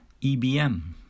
ebm